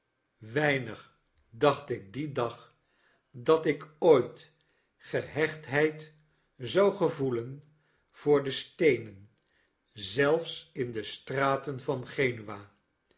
weinig dacht ik dien dag dat ik ooit gehechtheid zou gevoelen voor de steenen zelfs in de straten van